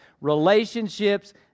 relationships